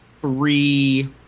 three